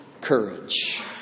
courage